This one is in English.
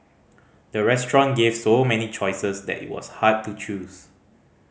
the restaurant gave so many choices that it was hard to choose